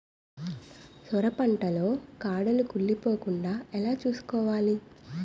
సొర పంట లో కాడలు కుళ్ళి పోకుండా ఎలా చూసుకోవాలి?